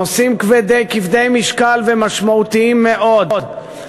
נושאים כבדי משקל ומשמעותיים מאוד,